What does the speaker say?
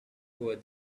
over